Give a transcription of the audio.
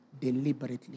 deliberately